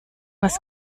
was